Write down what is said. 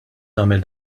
tagħmel